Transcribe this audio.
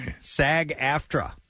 SAG-AFTRA